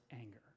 anger